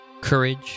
Courage